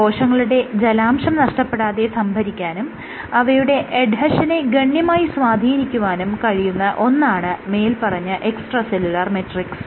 കോശങ്ങളുടെ ജലാംശം നഷ്ടപ്പെടാതെ സംഭരിക്കാനും അവയുടെ എഡ്ഹെഷനെ ഗണ്യമായി സ്വാധീനിക്കുവാനും കഴിയുന്ന ഒന്നാണ് മേല്പറഞ്ഞ എക്സ്ട്രാ സെല്ലുലാർ മെട്രിക്സ്